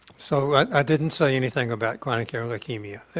so, i didn't say anything about chronic ehrlichemia.